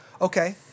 Okay